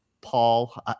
Paul